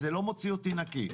זה לא מוציא אותי נקי.